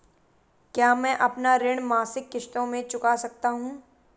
क्या मैं अपना ऋण मासिक किश्तों में चुका सकता हूँ?